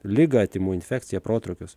ligą tymų infekciją protrūkius